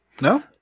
No